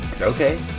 Okay